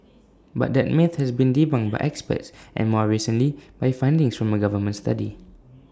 but that myth has been debunked by experts and more recently by findings from A government study